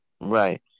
Right